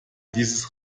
dieses